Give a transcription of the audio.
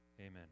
Amen